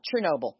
Chernobyl